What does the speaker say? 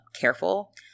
careful